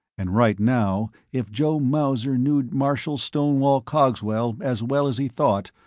and right now, if joe mauser knew marshal stonewall cogswell as well as he thought,